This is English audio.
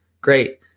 Great